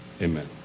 Amen